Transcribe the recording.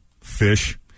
Fish